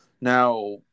Now